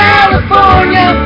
California